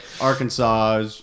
arkansas